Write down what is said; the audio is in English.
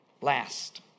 Last